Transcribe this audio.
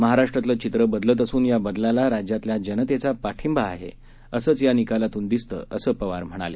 महाराष्ट्रातलंचित्रबदलतअसून याबदलालाराज्यातल्याजनतेचापाठींबाआहे असंचयानिकालातूनदिसतं असंपवारम्हणाले